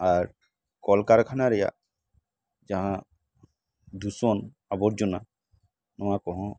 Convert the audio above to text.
ᱟᱨ ᱠᱚᱞᱠᱟᱨᱠᱷᱟᱱᱟ ᱨᱮᱭᱟᱜ ᱡᱟᱦᱟᱸ ᱫᱩᱥᱚᱱ ᱱᱚᱣᱟ ᱠᱚᱦᱚᱸ